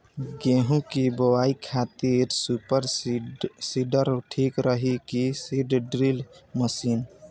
गेहूँ की बोआई खातिर सुपर सीडर ठीक रही की सीड ड्रिल मशीन?